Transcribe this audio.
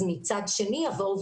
אז מצד שני יבואו,